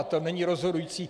A to není rozhodující.